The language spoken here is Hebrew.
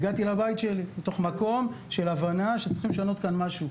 והגעתי לבית שלי מתוך מקום של הבנה שצריך לשנות כאן משהו.